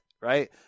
Right